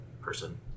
person